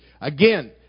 Again